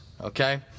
Okay